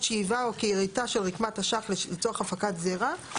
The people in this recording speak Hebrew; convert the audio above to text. שאיבה או כריתה של רקמת אשך לצורך הפקת זרע".